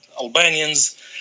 Albanians